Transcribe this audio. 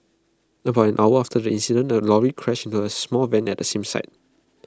about an hour after the incident A lorry crashed into A small van at the same site